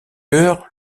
heures